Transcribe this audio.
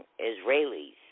Israelis